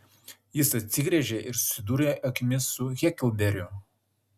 jis atsigręžė ir susidūrė akimis su heklberiu